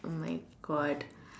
oh my God